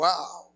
Wow